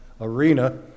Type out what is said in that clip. arena